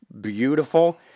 beautiful